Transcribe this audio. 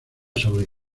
saudí